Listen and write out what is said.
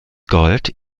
gold